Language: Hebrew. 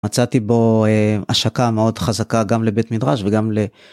מצאתי בו השקה מאוד חזקה גם לבית מדרש וגם ל...